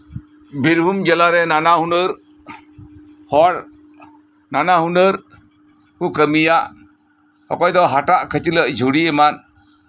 ᱵᱤᱨᱵᱷᱩᱢ ᱡᱮᱞᱟᱨᱮ ᱱᱟᱱᱟ ᱦᱩᱱᱟᱹᱨ ᱦᱚᱲ ᱱᱟᱱᱟ ᱦᱩᱱᱟᱹᱨ ᱠᱚ ᱠᱟᱹᱢᱤᱭᱟ ᱚᱠᱚᱭ ᱫᱚ ᱦᱟᱴᱟᱜ ᱠᱷᱟᱹᱪᱞᱟᱹᱜ ᱡᱷᱩᱲᱤ ᱮᱢᱟᱱ